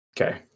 okay